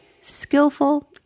skillful